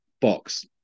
box